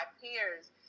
peers